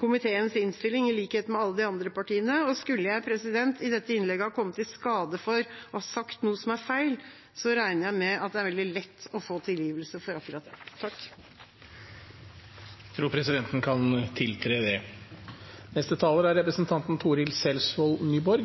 komiteens innstilling i likhet med alle de andre partiene, og skulle jeg i dette innlegget ha kommet i skade for å ha sagt noe feil, regner jeg med at det er veldig lett å få tilgivelse for det.